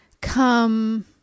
come